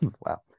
Wow